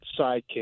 sidekick